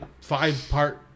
five-part